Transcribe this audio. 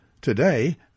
Today